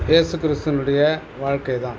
இயேசு கிறிஸ்தினுடைய வாழ்க்கை தான்